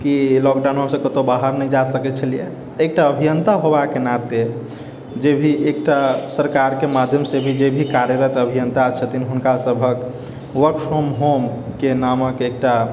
की लॉकडाउनमे हमसब कतहु बाहर नहि जा सकै छलिए एकटा अभियन्ता होबाके नाते जे भी एकटा सरकारके माध्यमसँ जे भी कार्यरत अभियन्ता छथिन हुनका सभके वर्क फ्राम होम नामक एकटा